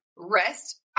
Rest